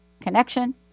connection